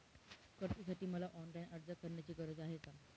कर्जासाठी मला ऑनलाईन अर्ज करण्याची गरज आहे का?